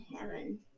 heaven